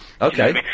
Okay